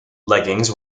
leggings